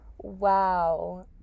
Wow